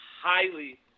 highly